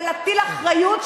ולהטיל אחריות,